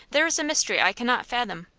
there is a mystery i cannot fathom.